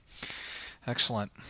excellent